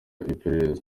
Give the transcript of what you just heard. iperereza